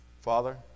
Father